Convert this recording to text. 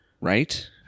Right